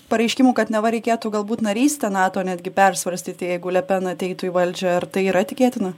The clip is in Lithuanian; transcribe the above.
pareiškimų kad neva reikėtų galbūt narystę nato netgi persvarstyti jeigu le pen ateitų į valdžią ar tai yra tikėtina